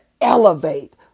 elevate